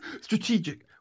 strategic